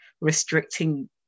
restricting